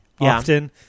often